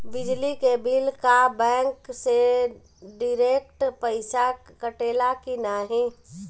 बिजली के बिल का बैंक से डिरेक्ट पइसा कटेला की नाहीं?